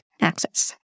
access